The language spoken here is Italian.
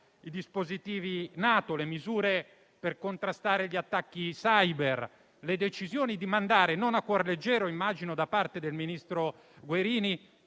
i dispositivi NATO, le misure per contrastare gli attacchi *cyber,* le decisioni di mandare - non a cuor leggero, immagino, da parte del ministro Guerini